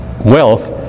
wealth